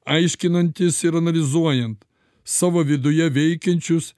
aiškinantis ir analizuojant savo viduje veikiančius